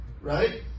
Right